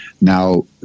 now